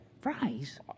Fries